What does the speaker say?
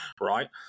right